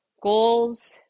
goals